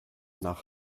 nach